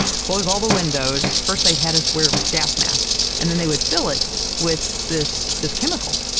close all the windows first they've had us wear gas masks and then they would fill it with this, this chemical.